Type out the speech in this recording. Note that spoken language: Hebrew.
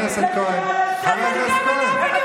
אלמוג, חבר הכנסת כהן, חבר הכנסת כהן.